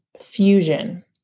fusion